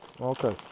Okay